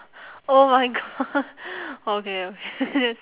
oh my god okay okay that's